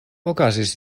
okazis